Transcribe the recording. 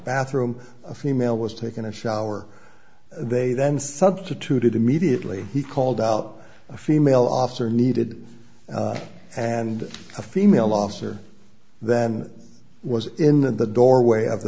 bathroom a female was taken a shower they then substituted immediately he called out a female officer needed and a female officer then was in the doorway of the